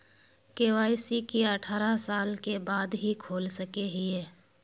KYC की अठारह साल के बाद ही खोल सके हिये?